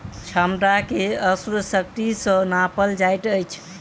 क्षमता के अश्व शक्ति सॅ नापल जाइत अछि